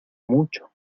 mucho